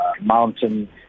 Mountain